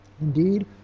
Indeed